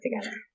together